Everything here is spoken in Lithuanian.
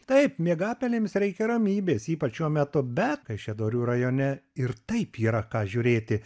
taip miegapelėms reikia ramybės ypač šiuo metu bet kaišiadorių rajone ir taip yra ką žiūrėti